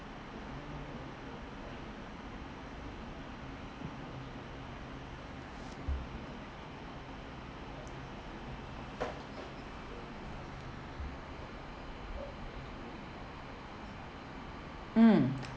mm